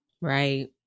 Right